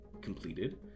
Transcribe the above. completed